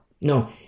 no